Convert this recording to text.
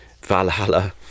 Valhalla